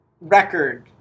record